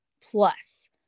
plus